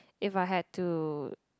if I had to